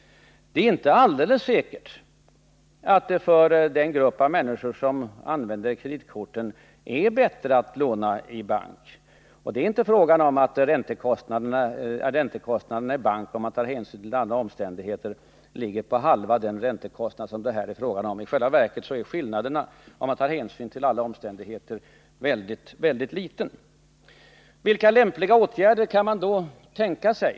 Det är inte alldeles säkert att det för den grupp av människor som använder kreditkorten är bättre att låna i bank. Det är inte så att räntekostnaderna i bank — om man tar hänsyn till alla omständigheter — är bara hälften så stora som de kostnader som är förenade med kontokorten. I själva verket är skillnaderna mycket små. Vilka lämpliga åtgärder kan man då tänka sig?